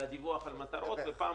לפי